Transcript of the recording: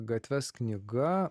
gatves knyga